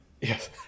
Yes